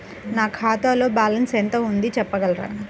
నా ఖాతాలో బ్యాలన్స్ ఎంత ఉంది చెప్పగలరా?